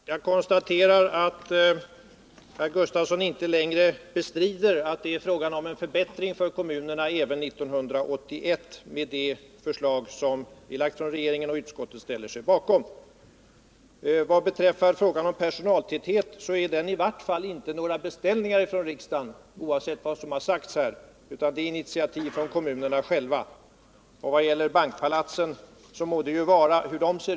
Herr talman! Jag konstaterar att herr Gustafsson inte längre bestrider att det är fråga om en förbättring för kommunerna även 1981 genom det förslag som regeringen lagt fram och som utskottet ställer sig bakom. Vad beträffar krav på ökad personaltäthet så är det inte beställningar från riksdagen, oavsett vad som har sagts här, utan det är initiativ från kommunerna själva. Jag försvarar inte byggandet av bankpalats.